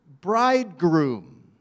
bridegroom